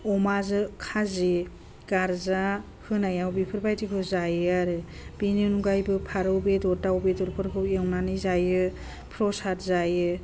अमा खाजि गारजा होनायाव बेफोरबायदिखौ जायो आरो बेनि अनगायैबो फारौ बेदर दाव बेदरफोरखौ एवनानै जायो फ्रसाद जायो